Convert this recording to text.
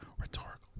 rhetorical